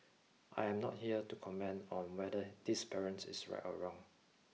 I am not here to comment on whether this parent is right or wrong